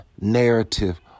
narrative